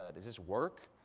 ah does this work?